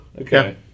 Okay